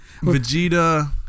Vegeta